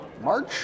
March